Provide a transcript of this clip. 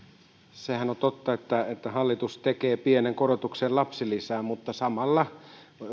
sehän on totta että että hallitus tekee pienen korotuksen lapsilisään mutta samalla